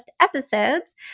episodes